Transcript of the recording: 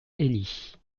élie